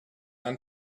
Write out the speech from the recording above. ein